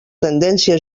tendència